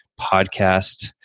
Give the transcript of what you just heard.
podcast